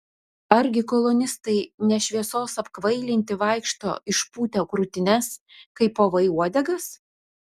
argi kolonistai ne šviesos apkvailinti vaikšto išpūtę krūtines kaip povai uodegas